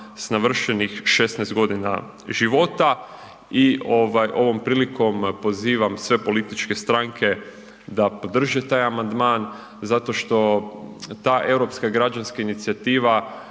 s navršenih 16.g. života i ovaj ovom prilikom pozivam sve političke stranke da podrže taj amandman zato što ta Europska građanska inicijativa